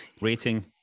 Rating